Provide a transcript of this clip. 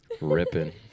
ripping